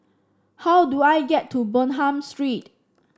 how do I get to Bonham Street